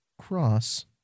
Cross